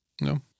No